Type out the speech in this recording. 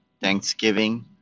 Thanksgiving